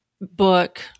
book